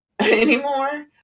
anymore